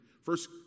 First